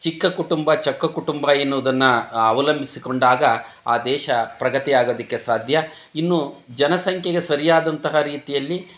ಚಿಕ್ಕ ಕುಟುಂಬ ಚೊಕ್ಕ ಕುಟುಂಬ ಎನ್ನುವುದನ್ನು ಅವಲಂಬಿಸಿಕೊಂಡಾಗ ಆ ದೇಶ ಪ್ರಗತಿ ಆಗೋದಕ್ಕೆ ಸಾಧ್ಯ ಇನ್ನು ಜನಸಂಖ್ಯೆಗೆ ಸರಿಯಾದಂತಹ ರೀತಿಯಲ್ಲಿ